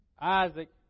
Isaac